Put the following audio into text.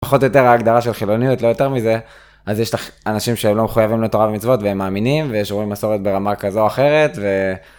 פחות או יותר ההגדרה של חילוניות, לא יותר מזה. אז יש לך אנשים שלא מחויבים לתורה ומצוות והם מאמינים, ושומרים מסורת ברמה כזו או אחרת ו...